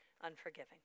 Unforgiving